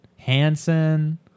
Hansen